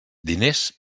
diners